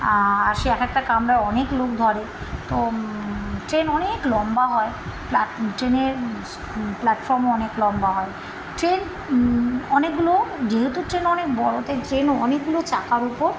সে এক একটা কামরায় অনেক লোক ধরে তো ট্রেন অনেক লম্বা হয় ট্রেনের প্ল্যাটফর্মও অনেক লম্বা হয় ট্রেন অনেকগুলো যেহেতু ট্রেন অনেক বড় তাই ট্রেন অনেকগুলো চাকার উপর